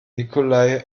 nikolai